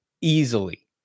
easily